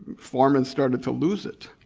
foreman started to lose it.